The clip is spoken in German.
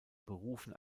berufen